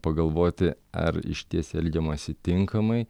pagalvoti ar išties elgiamasi tinkamai